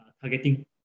targeting